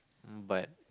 mm but